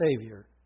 Savior